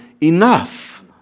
enough